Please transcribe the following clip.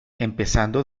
empezando